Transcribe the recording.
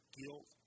guilt